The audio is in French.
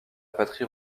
patrie